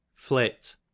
Flit